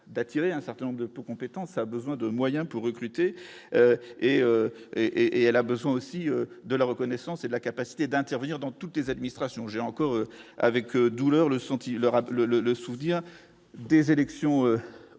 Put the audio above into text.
d'attirer un certain nombre de pour compétence a besoin de moyens pour recruter et et et elle a besoin aussi de la reconnaissance et la capacité d'intervenir dans toutes les administrations, j'ai encore avec douleur le senti le rappeler